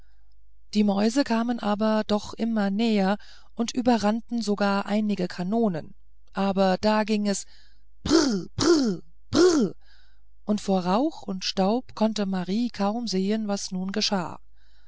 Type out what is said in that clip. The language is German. die mäuse kamen aber doch immer näher und überrannten sogar einige kanonen aber da ging es prr prr prr und vor rauch und staub konnte marie kaum sehen was nun geschah